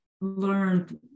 learned